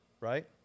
right